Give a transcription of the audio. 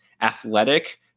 athletic